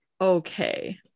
Okay